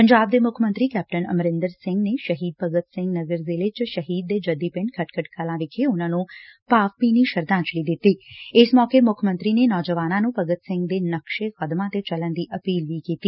ਪੰਜਾਬ ਦੇ ਮੁੱਖ ਮੰਤਰੀ ਕੈਪਟਨ ਅਮਰਿੰਦਰ ਸਿੰਘ ਨੇ ਸ਼ਹੀਦ ਭਗਤ ਸਿੰਘ ਨਗਰ ਜ਼ਿਲ੍ਹੇ ਚ ਸ਼ਹੀਦ ਦੇ ਜੱਦੀ ਪਿੰਡ ਖਟਕੜ ਕਲਾਂ ਵਿਖੇ ਉਨੂਾ ਨੂੰ ਭਾਵਭਿੰਨੀ ਸ਼ਰਧਾਂਜਲੀ ਦਿੱਤੀ ਇਸ ਮੌਕੇ ਮੁੱਖ ਮੰਤਰੀ ਨੇ ਨੌਜਵਾਨਾਂ ਨੂੰ ਭਗਤ ਸਿੰਘ ਦੇ ਨਕਸ਼ੇ ਕਦਮਾ ਤੇ ਚੱਲਣ ਦੀ ਅਪੀਲ ਕੀਤੀ